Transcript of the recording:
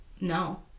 No